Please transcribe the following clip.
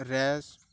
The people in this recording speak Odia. ରେସ୍